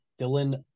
Dylan